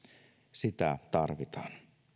sitä tarvitaan